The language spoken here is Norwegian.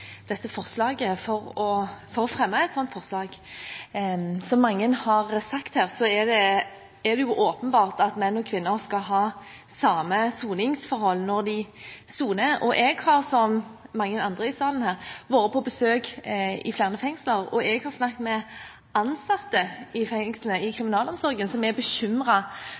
dette forslaget, for å fremme et sånt forslag. Som mange har sagt, er det åpenbart at menn og kvinner skal ha samme soningsforhold når de soner. Jeg har som mange andre her i salen, vært på besøk i flere fengsler, og jeg har snakket med ansatte i fengslene – i kriminalomsorgen – som er